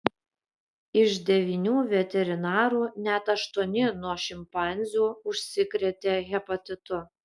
iš devynių veterinarų net aštuoni nuo šimpanzių užsikrėtė hepatitu